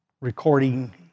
recording